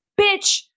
bitch